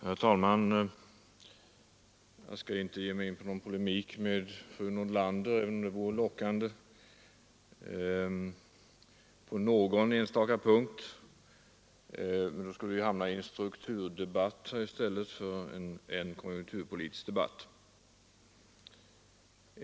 Herr talman! Jag skall inte ge mig in på någon polemik med fru Nordlander, även om det vore lockande. På någon enstaka punkt skulle vi hamna i en strukturdebatt i stället för en konjunkturpolitisk debatt.